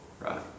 Right